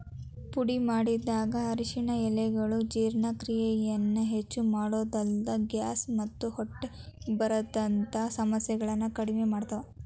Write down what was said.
ಪುಡಿಮಾಡಿದ ಅರಿಶಿನ ಎಲೆಗಳು ಜೇರ್ಣಕ್ರಿಯೆಯನ್ನ ಹೆಚ್ಚಮಾಡೋದಲ್ದ, ಗ್ಯಾಸ್ ಮತ್ತ ಹೊಟ್ಟೆ ಉಬ್ಬರದಂತ ಸಮಸ್ಯೆಗಳನ್ನ ಕಡಿಮಿ ಮಾಡ್ತಾವ